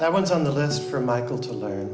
that one is on the list for michael to learn